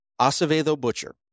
Acevedo-Butcher